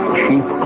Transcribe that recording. chief